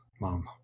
Mom